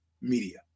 media